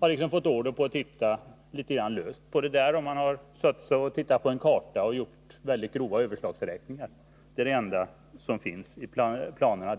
har liksom fått order att titta litet löst på frågan. Man har suttit och tittat på en karta och gjort mycket grova överslagsberäkningar. Det är det enda som finns i planerna.